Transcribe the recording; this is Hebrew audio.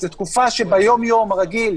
שזו תקופה שביום יום הרגיל,